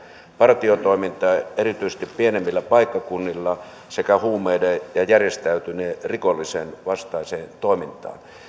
partiotoiminnassa erityisesti pienemmillä paikkakunnilla sekä huumeiden ja järjestäytyneen rikollisuuden vastaisessa toiminnassa